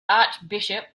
archbishop